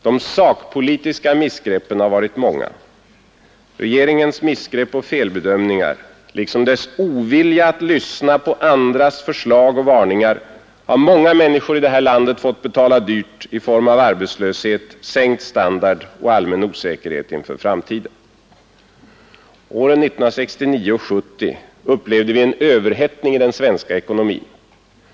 De sakpolitiska missgreppen har varit många. Regeringens missgrepp och felbedömningar liksom dess ovilja att lyssna på andras varningar och förslag har många människor i detta land fått betala dyrt i form av arbetslöshet, sänkt standard och allmän osäkerhet inför framtiden. Ären 1969 och 1970 upplevde vi en överhettning i den svenska ekonomin.